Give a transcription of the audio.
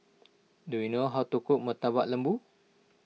do you know how to cook Murtabak Lembu